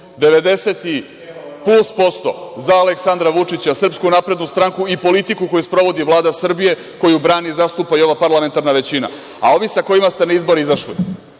90 i plus posto za Aleksandra Vučića, SNS i politiku koju sprovodi Vlada Srbije, koju brani i zastupa ova parlamentarna većina. Ovi sa kojima ste na izbore izašli,